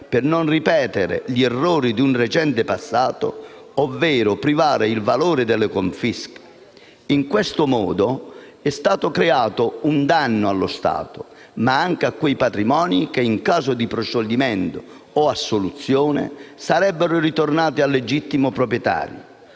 per non ripetere gli errori di un recente passato, ovvero privare di valore le confische. In questo modo è stato creato un danno allo Stato, ma anche a quei patrimoni che, in caso di proscioglimento o assoluzione, sarebbero ritornati al legittimo proprietario.